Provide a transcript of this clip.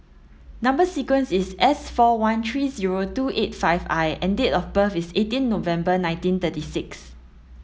number sequence is S four one three zero two eight five I and date of birth is eighteen November nineteen thirty six